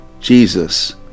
Jesus